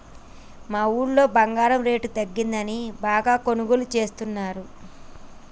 మా ఊరోళ్ళు బంగారం రేటు తగ్గిందని బాగా కొనుగోలు చేస్తున్నరు